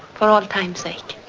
for old time's sake.